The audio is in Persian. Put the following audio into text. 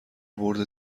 برد